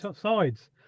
sides